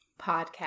podcast